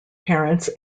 parents